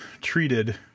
treated